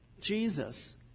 Jesus